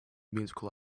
musical